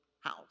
house